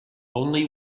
only